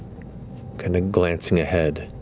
kind of glancing ahead,